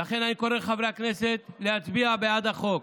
לכן אני קורא לחברי הכנסת להצביע בעד החוק.